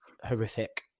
horrific